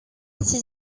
ses